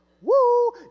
woo